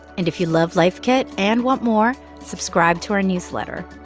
and if you love life kit and want more, subscribe to our newsletter.